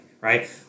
right